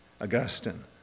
Augustine